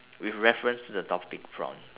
with reference to the topic prompts